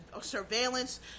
surveillance